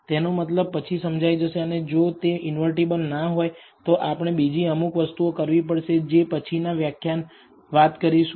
તેનો મતલબ પછી સમજાઈ જશે અને જો તે ઇન્વર્ટીબલ ના હોય તો આપણે બીજી અમુક વસ્તુઓ કરવી પડશે જે પછીના વ્યાખ્યાન વાત કરીશું